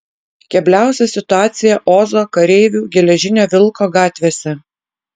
kebliausia situacija ozo kareivių geležinio vilko gatvėse